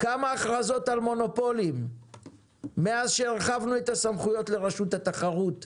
כמה הכרזות על מונופולים מאז שהרחבנו את הסמכויות לרשות התחרות ב-2018?